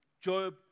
Job